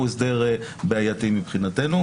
הוא הסדר בעייתי מבחינתנו.